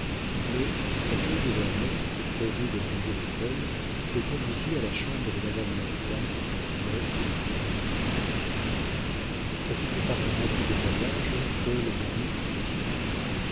mais sa vieille gouvernante prévenue de l'arrivée de paul le conduisit à la chambre de madame mathias morte depuis un an fatigué par un rapide voyage paul dormit jusqu'au soir